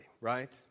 right